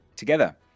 Together